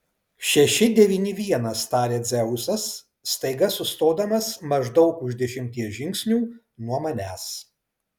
šeši devyni vienas taria dzeusas staiga sustodamas maždaug už dešimties žingsnių nuo manęs